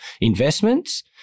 investments